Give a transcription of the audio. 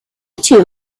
too